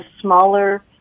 smaller